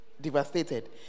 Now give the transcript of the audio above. devastated